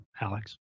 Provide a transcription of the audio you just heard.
Alex